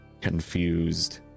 confused